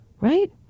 right